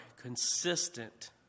consistent